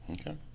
Okay